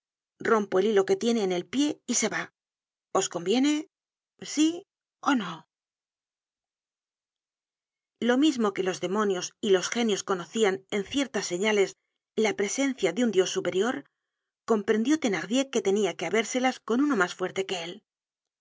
rompo el hilo que tiene en el pie y se va os conviene sí ó no lo mismo que los demonios y los genios conocian en ciertas señales la presencia de un dios superior comprendió thenardier que tenia que habérselas con uno mas fuerte que él